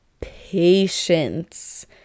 patience